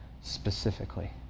specifically